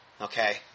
Okay